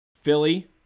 Philly